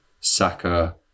Saka